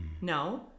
No